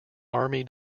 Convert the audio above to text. army